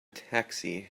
taxi